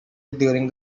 during